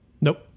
Nope